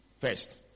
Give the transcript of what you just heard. first